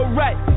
right